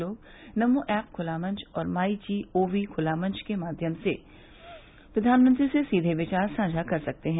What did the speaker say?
लोग नमो ऐप ख़ुला मंच और माइ जी ओ वी ख़ुला मंच के माध्यम से भी प्रधानमंत्री से सीधे विचार साझा कर सकते हैं